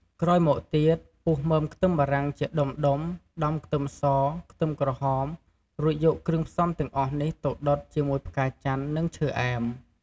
ក្រោយមកទៀត ពុះមើមខ្ទឹមបារាំងជាដុំៗ ដំខ្ទឹមស ខ្ទឹមក្រហម រួចយកគ្រឿងផ្សំទាំងអស់នេះទៅដុតជាមួយផ្កាចន្ទន៍ និងឈើអែម។